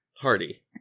hardy